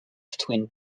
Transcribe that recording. twin